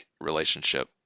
relationship